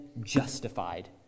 justified